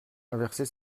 inverser